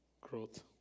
growth